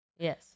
Yes